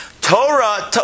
Torah